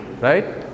Right